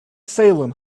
salem